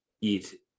eat